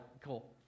cool